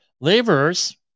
laborers